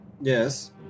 Yes